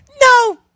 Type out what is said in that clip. no